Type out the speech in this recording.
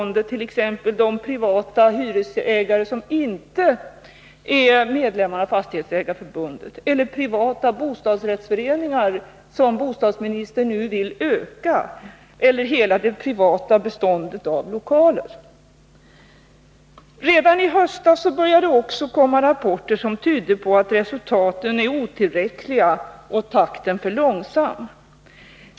Den omfattar t.ex. inte de privata hyresvärdar som inte är medlemmar av Fastighetsägareförbundet, privata bostadsrättsför eningar — vilkas antal bostadsministern nu vill öka — eller hela det privata beståndet av lokaler. Redan i höstas började det komma rapporter som tydde på att resultaten var otillräckliga och takten för långsam.